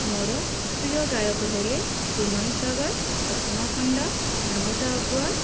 ମୋର ପ୍ରିୟ ଗାୟକ ହେଲେ ହ୍ୟୁମାନ୍ ସାଗର ଅସୀମା ପଣ୍ଡା ନମିତା ଅଗ୍ରୱାଲ